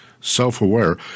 self-aware